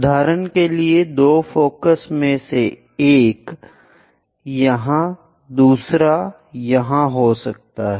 उदाहरण के लिए 2 फोकस में से एक यहाँ दूसरा यहाँ हो सकता है